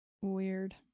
Weird